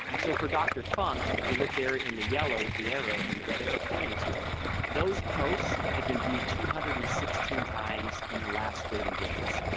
so for dr. funk, if you look there in the yellow with the arrow and the red arrow pointing to it those posts had been viewed two hundred and sixteen times in the last thirty days.